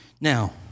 Now